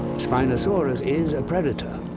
spinosaurus is a predator,